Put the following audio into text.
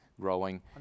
growing